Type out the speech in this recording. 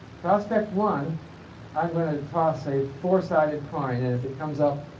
prospect one i'm going to toss a four-sided coin and if it comes up